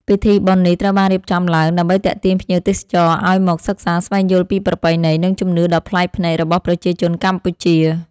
ពិធីបុណ្យនេះត្រូវបានរៀបចំឡើងដើម្បីទាក់ទាញភ្ញៀវទេសចរឱ្យមកសិក្សាស្វែងយល់ពីប្រពៃណី និងជំនឿដ៏ប្លែកភ្នែករបស់ប្រជាជនកម្ពុជា។